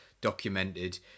documented